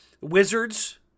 Wizards